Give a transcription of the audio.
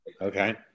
Okay